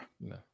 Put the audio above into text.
No